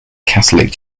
catholic